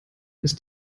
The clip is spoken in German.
ist